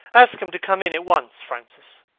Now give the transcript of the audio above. ask him to come in at once, francis.